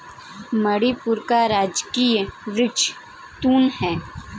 मणिपुर का राजकीय वृक्ष तून है